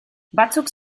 batzuk